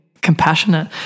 compassionate